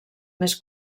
més